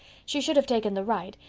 she should have taken the right,